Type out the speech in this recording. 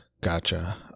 gotcha